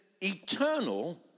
eternal